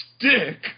stick